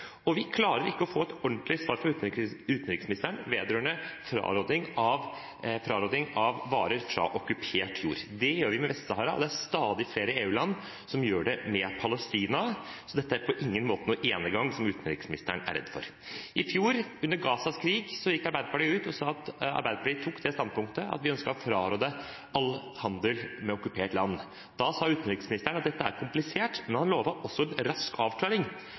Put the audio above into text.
Vi klarer ikke å få et ordentlig svar fra utenriksministeren vedrørende fraråding av handel med varer fra okkupert jord. Det gjør vi når det gjelder Vest-Sahara. Det er stadig flere EU-land som gjør det når det gjelder Palestina. Så dette er på ingen måte noen enegang, som utenriksministeren er redd for. I fjor, under Gaza-krigen, gikk Arbeiderpartiet ut og sa at Arbeiderpartiet tok det standpunktet at vi ønsket å fraråde all handel med okkupert land. Da sa utenriksministeren at dette er komplisert, men han lovet også en rask avklaring.